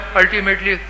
ultimately